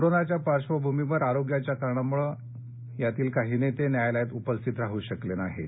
कोरोनाच्या पार्श्वभूमीवर आरोग्याच्या कारणामुळे हे सर्व नेते न्यायालयात उपस्थित राहू शकले नाहीत